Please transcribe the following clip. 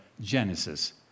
Genesis